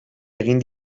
egin